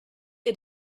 ihr